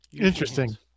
Interesting